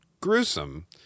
gruesome